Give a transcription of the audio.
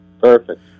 Perfect